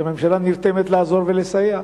שנרתמת לעזור ולסייע,